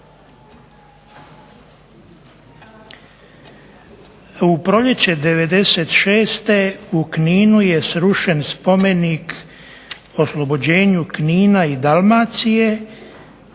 U proljeće '96. u Kninu je srušen Spomenik oslobođenju Knina i Dalmacije,